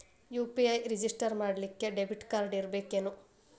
UPI register ಮಾಡ್ಲಿಕ್ಕೆ debit card ಇರ್ಬೇಕೇನು?